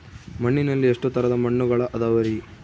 ಮಣ್ಣಿನಲ್ಲಿ ಎಷ್ಟು ತರದ ಮಣ್ಣುಗಳ ಅದವರಿ?